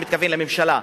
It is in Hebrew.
אני מתכוון לממשלה,